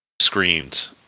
screamed